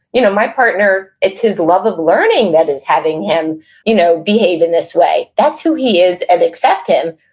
you know, my partner, partner, it's his love of learning that is having him you know behave in this way. that's who he is, and accept him,